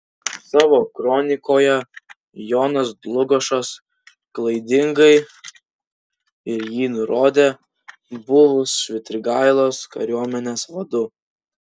savo kronikoje jonas dlugošas klaidingai jį nurodė buvus švitrigailos kariuomenės vadu